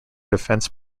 defense